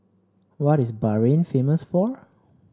what is Bahrain famous for